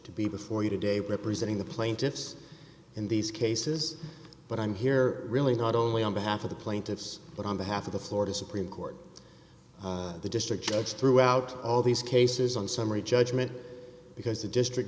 to be before you today representing the plaintiffs in these cases but i'm here really not only on behalf of the plaintiffs but on behalf of the florida supreme court the district judge threw out all these cases on summary judgment because the district